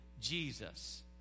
Jesus